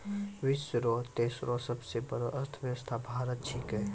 विश्व रो तेसरो सबसे बड़ो अर्थव्यवस्था भारत छिकै